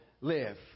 live